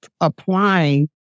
applying